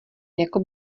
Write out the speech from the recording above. jako